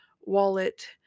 wallet